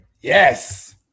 yes